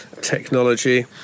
technology